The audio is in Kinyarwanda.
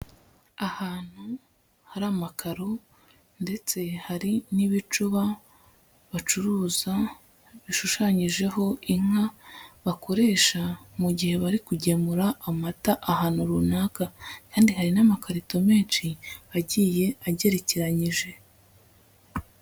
Ahantu hari amakaro, ndetse hari n'ibicuba bacuruza bishushanyijeho inka, bakoresha mu gihe bari kugemura amata ahantu runaka. Kandi hari n'amakarito menshi, agiye agerekeranyije.